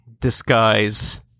disguise